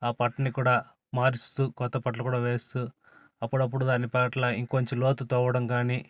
ఆ పట్టను కూడా మారుస్తూ కొత్త పట్టలు కూడా వేస్తూ అప్పుడప్పుడు దాన్ని పట్ల ఇంకొంచెం లోతు తొవ్వడం కానీ